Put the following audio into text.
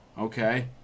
okay